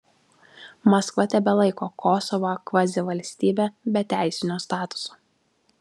maskva tebelaiko kosovą kvazivalstybe be teisinio statuso